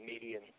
median